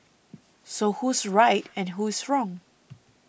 so who's right and who's wrong